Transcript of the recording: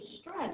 stress